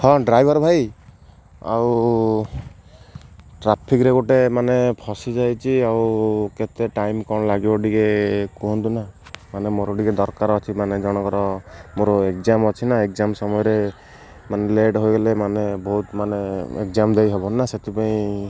ହଁ ଡ୍ରାଇଭର୍ ଭାଇ ଆଉ ଟ୍ରାଫିକ୍ରେ ଗୋଟେ ମାନେ ଫସିଯାଇଛି ଆଉ କେତେ ଟାଇମ୍ କ'ଣ ଲାଗିବ ଟିକେ କୁହନ୍ତୁ ନା ମାନେ ମୋର ଟିକେ ଦରକାର ଅଛି ମାନେ ଜଣଙ୍କର ମୋର ଏଗ୍ଜାମ୍ ଅଛି ନା ଏଗ୍ଜାମ୍ ସମୟରେ ମାନେ ଲେଟ୍ ହୋଇଗଲେ ମାନେ ବହୁତ ମାନେ ଏଗ୍ଜାମ୍ ଦେଇ ହବ ନା ସେଥିପାଇଁ